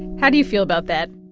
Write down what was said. how do you feel about that?